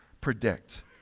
predict